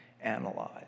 analyze